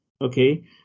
okay